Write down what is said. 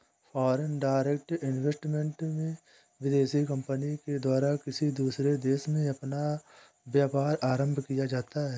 foreign direct investment में विदेशी company के द्वारा किसी दूसरे देश में अपना व्यापार आरंभ किया जाता है